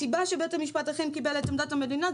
הסיבה שבית המשפט אכן קיבל את עמדת המדינה,